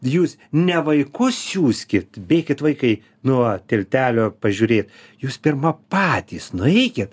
jūs ne vaikus siųskit bėkit vaikai nuo tiltelio pažiūrėt jūs pirma patys nueikit